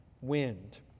wind